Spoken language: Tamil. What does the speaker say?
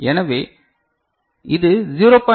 எனவே இது 0